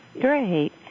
Great